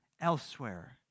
elsewhere